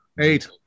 Eight